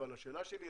אבל השאלה שלי אליך,